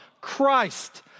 Christ